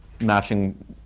matching